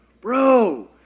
Bro